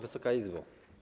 Wysoka Izbo!